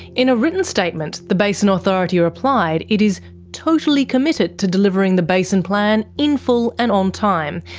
in a written statement, the basin authority replied it is totally committed to delivering the basin plan in full and on time,